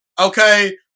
Okay